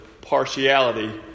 partiality